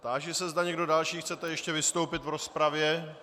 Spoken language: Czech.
Táži se, zda někdo další chcete ještě vystoupit v rozpravě.